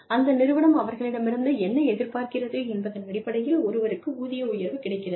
அந்த நிறுவனம் அவர்களிடமிருந்து என்ன எதிர்பார்க்கிறது என்பதன் அடிப்படையில் ஒருவருக்கு ஊதிய உயர்வு கிடைக்கிறது